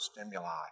stimuli